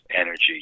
energy